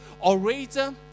orator